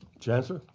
chancellor.